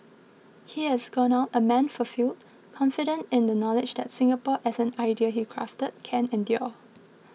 he has gone out a man fulfilled confident in the knowledge that Singapore as an idea he crafted can endure